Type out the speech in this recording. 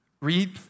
read